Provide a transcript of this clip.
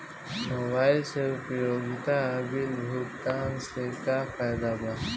Mobile से उपयोगिता bill भुगतान से का फायदा बा?